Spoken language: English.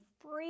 free